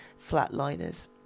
flatliners